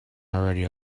already